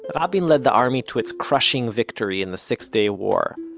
rabin led the army to its crushing victory in the six day war,